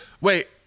Wait